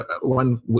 one